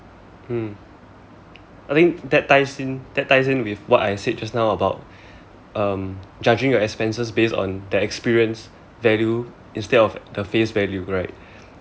mm I think that ties in that ties in what I said just now about um judging your expenses based on the experience value instead of the face value right